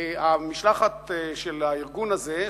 המשלחת של הארגון הזה,